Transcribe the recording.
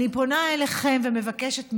אני פונה אליכם ומבקשת מכם,